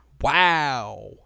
Wow